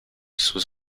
sous